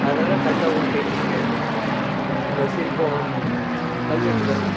அதனால் தஞ்சாவூர் பெயிண்டிங்கு இந்த சிற்பம் கல்வெட்டுக்கள்